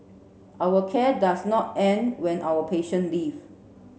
our care does not end when our patient leave